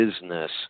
business